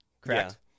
correct